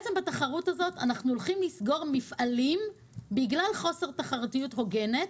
בתחרות הזאת אנחנו הולכים לסגור מפעלים בגלל חוסר תחרותיות הוגנת,